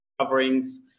coverings